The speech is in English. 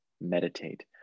meditate